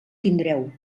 tindreu